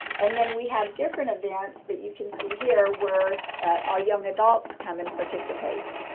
and then we have different events that you can see here, where our young adults come and participate.